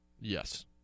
Yes